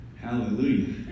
Hallelujah